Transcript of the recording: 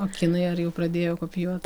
o kinai ar jau pradėjo kopijuot